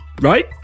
right